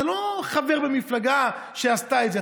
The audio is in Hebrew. אתה לא חבר במפלגה שעשתה את זה,